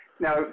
Now